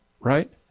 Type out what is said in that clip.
right